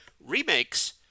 remakes